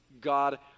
God